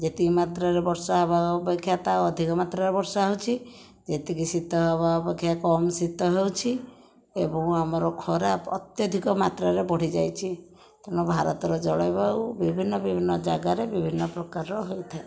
ଯେତିକି ମାତ୍ରାରେ ବର୍ଷା ହେବା ଅପେକ୍ଷା ତା ଅଧିକ ମାତ୍ରାରେ ବର୍ଷା ହେଉଛି ଯେତିକି ଶୀତ ହେବା ଅପେକ୍ଷା କମ ଶୀତ ହେଉଛି ଏବଂ ଆମର ଖରା ଅତ୍ୟଧିକ ମାତ୍ରରେ ବଢ଼ିଯାଇଛି ତେଣୁ ଭାରତର ଜଳବାୟୁ ବିଭିନ୍ନ ବିଭିନ୍ନ ଯାଗାରେ ବିଭିନ୍ନ ପ୍ରକାରର ହୋଇଥାଏ